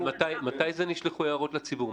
מתי זה נשלח להערות הציבור?